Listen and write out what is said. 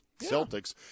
celtics